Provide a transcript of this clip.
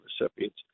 recipients